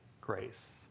grace